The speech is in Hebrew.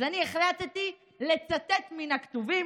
אז אני החלטתי לצטט מן הכתובים,